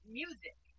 music